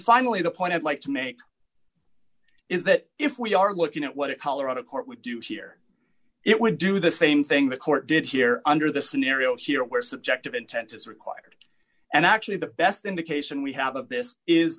finally the point i'd like to make is that if we are looking at what colorado court would do here it would do the same thing the court did here under the scenario here where subjective intent is required and actually the best indication we have of this is